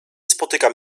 spotykam